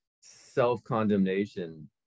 self-condemnation